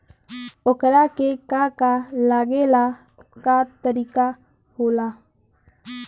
ओकरा के का का लागे ला का तरीका होला?